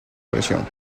prisión